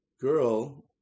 girl